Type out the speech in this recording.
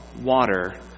water